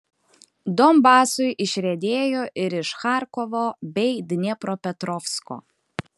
donbasui išriedėjo ir iš charkovo bei dniepropetrovsko